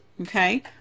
Okay